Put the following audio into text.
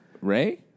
Ray